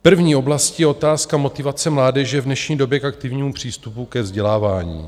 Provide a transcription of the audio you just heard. První oblastí je otázka motivace mládeže v dnešní době k aktivnímu přístupu ke vzdělávání.